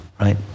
Right